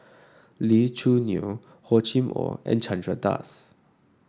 Lee Choo Neo Hor Chim Or and Chandra Das